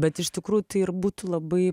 bet iš tikrųjų tai ir būtų labai